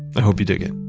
i hope you dig it.